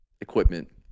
equipment